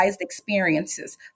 experiences